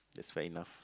that's fair enough